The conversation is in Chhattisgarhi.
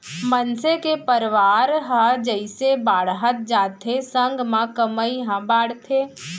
मनसे के परवार ह जइसे बाड़हत जाथे संग म कमई ह बाड़थे